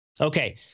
Okay